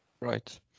Right